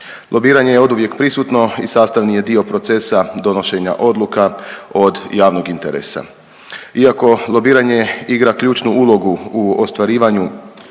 Lobiranje je oduvijek prisutno i sastavni je dio procesa donošenja odluka od javnog interesa. Iako lobiranje igra ključnu ulogu u ostvarivanju